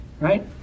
Right